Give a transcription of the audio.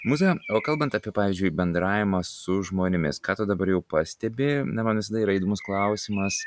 mūza o kalbant apie pavyzdžiui bendravimą su žmonėmis ką tu dabar jau pastebi na man visada yra įdomus klausimas